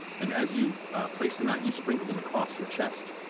and as you place them out, you sprinkle them across her chest,